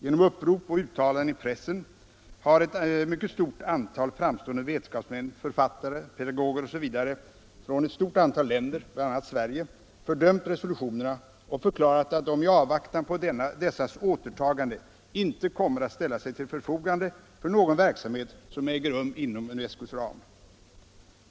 Genom upprop och uttalanden i pressen har ett mycket stort antal framstående vetenskapsmän, författare, pedagoger osv. från ett stort antal länder, bl.a. Sverige, fördömt resolutionerna och förklarat att de i avvaktan på dessas återtagande inte kommer att ställa sig till förfogande för någon verksamhet som äger rum inom UNESCO:s ram.